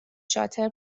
شاطر